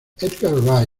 edgar